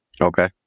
Okay